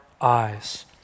eyes